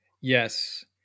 Yes